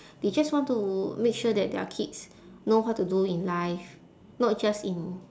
they just want to make sure that their kids know what to do in life not just in